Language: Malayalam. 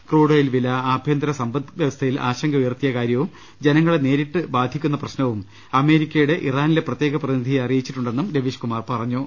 ക്രൂഡോ യിൽ വില ആഭ്യന്തര സമ്പദ് വൃവസ്ഥയിൽ ആശങ്ക ഉയർത്തിയ കാര്യവും ജനങ്ങളെ നേരിട്ട് ബാധിക്കുന്ന പ്രശ്നവും അമേരിക്കയുടെ ഇറാനിലെ പ്രത്യേക പ്രതിനിധിയെ അറിയിച്ചിട്ടുണ്ടെന്നും രവീഷ്കുമാർ പറഞ്ഞു